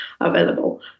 available